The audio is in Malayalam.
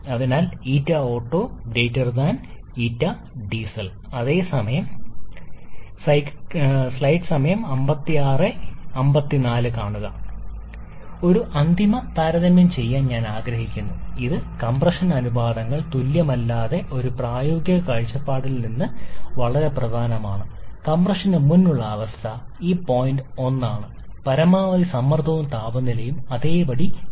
അതിനാൽ ഇവിടെ വീണ്ടും വലിയ താപ നിരസിക്കൽ ഉള്ളതിനാൽ അതേ അളവിൽ താപ ഇൻപുട്ട് ഉണ്ട് അതിനാൽ 𝜂𝑂𝑡𝑡𝑜 𝜂𝐷𝑖𝑒𝑠𝑒𝑙 ഒരു അന്തിമ താരതമ്യം ചെയ്യാൻ ഞാൻ ആഗ്രഹിക്കുന്നു ഇത് കംപ്രഷൻ അനുപാതങ്ങൾ തുല്യമല്ലാത്ത ഒരു പ്രായോഗിക കാഴ്ചപ്പാടിൽ നിന്ന് വളരെ പ്രധാനമാണ് കംപ്രഷന് മുമ്പുള്ള അവസ്ഥ ഈ പോയിന്റ് 1 ആണ് പരമാവധി സമ്മർദ്ദവും താപനിലയും അതേപടി തുടരുന്നു